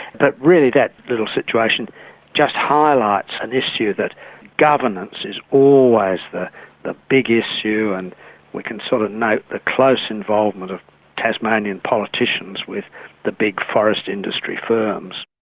but really that little situation just highlights an issue that governance is always the the big issue and we can sort of note the close involvement of tasmanian politicians with the big forest industry firms.